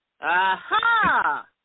Aha